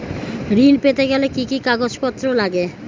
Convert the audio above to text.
ঋণ পেতে গেলে কি কি কাগজপত্র লাগে?